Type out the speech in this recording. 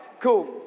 cool